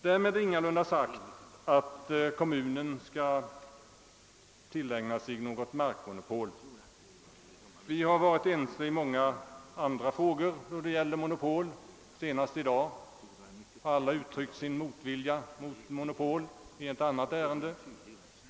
Därmed är ingalunda sagt att kommunen skall tillägna sig något markmonopol. Vi har varit ense i många andra frågor då det gällt monopol, senast i dag; alla har uttryckt sin motvilja mot monopol i ett annat ärende.